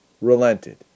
relented